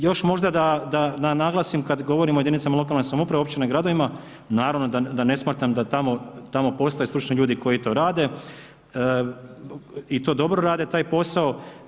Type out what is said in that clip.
Još možda da naglasim, kad govorimo o jedinicama lokalne samouprave, općinama i gradovima, naravno da ne smatram da tamo postoje stručni ljudi koji to rade i to dobro rade taj posao.